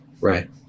Right